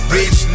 Rich